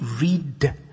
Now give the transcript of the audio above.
read